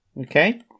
okay